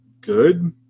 good